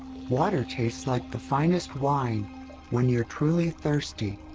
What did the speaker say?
water tastes like the finest wine when you're truly thirsty.